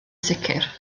sicr